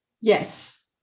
Yes